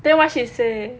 then what she say